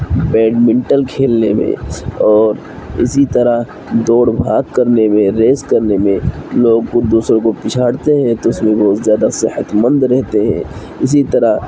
badminton کھیلنے میں اور اسی طرح دوڑ بھاگ کرنے میں ریس کرنے میں لوگوں کو دوسروں کو پچھاڑتے ہیں تو اس میں بہت زیادہ صحت مند رہتے ہیں اسی طرح